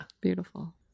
beautiful